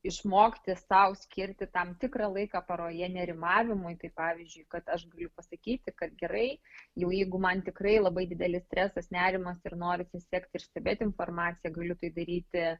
išmokti sau skirti tam tikrą laiką paroje nerimavimui kaip pavyzdžiui kad aš galiu pasakyti kad gerai jau jeigu man tikrai labai didelis stresas nerimas ir norisi sekti ir stebėti informaciją galiu tai daryti